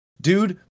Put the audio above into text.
Dude